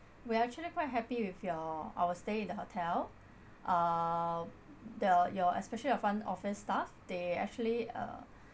we actually quite happy with your our stay in the hotel uh the your especially your front office staff they actually uh